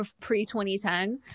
pre-2010